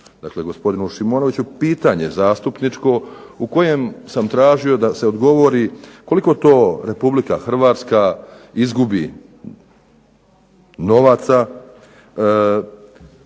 dakle gospodinu Šimonoviću, pitanje zastupničko u kojem sam tražio da se odgovori koliko to RH izgubi novaca